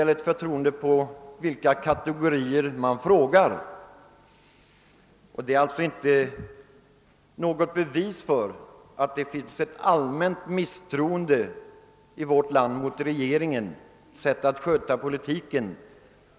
Svaret på frågan till de tusen familjeföretagarna är alltså inte något bevis på att det råder ett allmänt misstroende i vårt land mot regeringens sätt att sköta politiken.